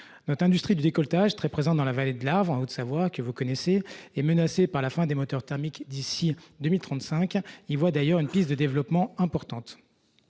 l'industrie du décolletage, très présente dans la vallée de l'Arve, en Haute-Savoie, que vous connaissez, est menacée par la fin des moteurs thermiques d'ici à 2035 : elle voit dans ces nouvelles technologies une importante